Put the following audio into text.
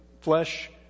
flesh